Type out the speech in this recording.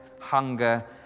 hunger